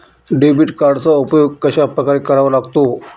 Debit कार्डचा उपयोग कशाप्रकारे करावा लागतो?